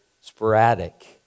sporadic